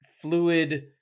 fluid